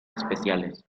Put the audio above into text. especiales